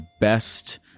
best